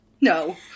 No